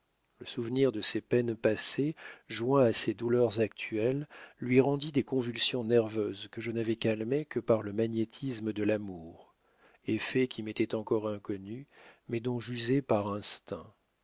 le souvenir de ses peines passées joint à ses douleurs actuelles lui rendit des convulsions nerveuses que je n'avais calmées que par le magnétisme de l'amour effet qui m'était encore inconnu mais dont j'usai par instinct